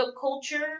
culture